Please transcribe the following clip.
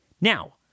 now